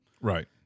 Right